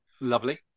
lovely